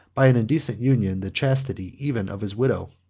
by an indecent union, the chastity even of his widow.